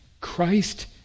Christ